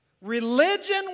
religion